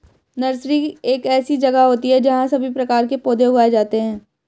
nursery एक ऐसी जगह होती है जहां सभी प्रकार के पौधे उगाए जाते हैं